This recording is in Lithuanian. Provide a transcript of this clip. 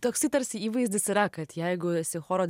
toksai tarsi įvaizdis yra kad jeigu esi choro